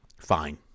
Fine